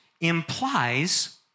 implies